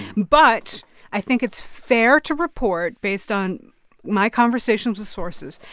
but i think it's fair to report, based on my conversations with sources,